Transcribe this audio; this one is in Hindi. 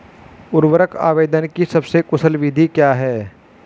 उर्वरक आवेदन की सबसे कुशल विधि क्या है?